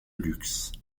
luxe